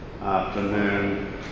afternoon